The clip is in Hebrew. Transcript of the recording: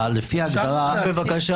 בהגדרה